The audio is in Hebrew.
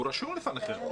הוא רשום לפניכם.